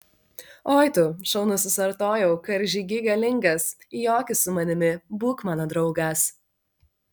oi tu šaunusis artojau karžygy galingas joki su manimi būk mano draugas